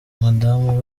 mudamu